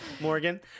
Morgan